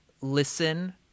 listen